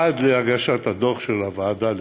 עד להגשת הדוח של הוועדה